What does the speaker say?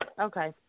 okay